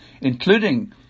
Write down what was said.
including